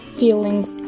feelings